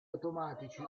automatici